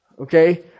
Okay